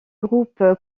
groupe